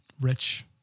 rich